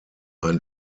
ein